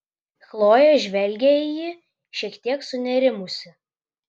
chlojė žvelgė į jį šiek tiek sunerimusi